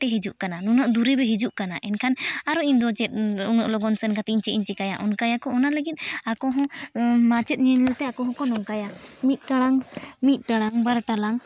ᱛᱮ ᱦᱤᱡᱩᱜ ᱠᱟᱱᱟ ᱱᱩᱱᱟᱹᱜ ᱫᱩᱨᱤᱮ ᱦᱤᱡᱩᱜ ᱠᱟᱱᱟ ᱮᱱᱠᱷᱟᱱ ᱟᱨᱚ ᱤᱧᱫᱚ ᱪᱮᱫ ᱱᱩᱱᱟᱹᱜ ᱞᱚᱜᱚᱱ ᱥᱮᱱ ᱠᱟᱛᱮ ᱪᱮᱫ ᱤᱧ ᱪᱤᱠᱟᱹᱭᱟ ᱚᱱᱟ ᱞᱟᱹᱜᱤᱫ ᱟᱠᱚ ᱦᱚᱸ ᱢᱟᱪᱮᱫ ᱧᱮᱞ ᱧᱮᱞ ᱛᱮ ᱟᱠᱚ ᱦᱚᱸᱠᱚ ᱱᱚᱝᱠᱟᱭᱟ ᱢᱤᱫ ᱴᱟᱲᱟᱝ ᱢᱤᱫ ᱴᱟᱲᱟᱝ ᱵᱟᱨ ᱴᱟᱲᱟᱝ